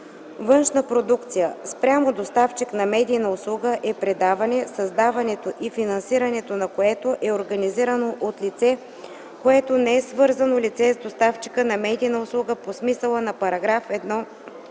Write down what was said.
„Външна продукция” спрямо доставчик на медийна услуга е предаване, създаването и финансирането на което е организирано от лице, което не е свързано лице с доставчика на медийна услуга по смисъла на § 1